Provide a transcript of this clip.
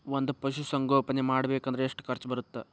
ಒಂದ್ ಪಶುಸಂಗೋಪನೆ ಮಾಡ್ಬೇಕ್ ಅಂದ್ರ ಎಷ್ಟ ಖರ್ಚ್ ಬರತ್ತ?